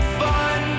fun